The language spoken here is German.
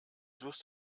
lust